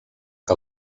que